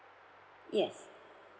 yes